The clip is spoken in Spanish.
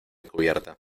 cubierta